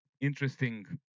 interesting